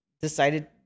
decided